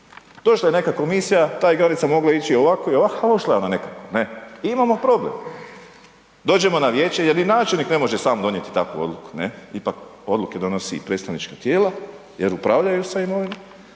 Došla je neka komisija, ta je granica mogla ići ovako i onako, ošla je ona nekako, ne, imamo problem. Dođemo na vijeće jer i načelnici ne može sam donijeti takvu odluku, ne, ipak odluke donosi predstavničko tijelo jer upravljaju sa imovinom,